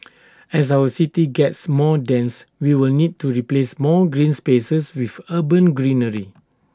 as our city gets more dense we will need to replace more green spaces with urban greenery